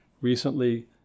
recently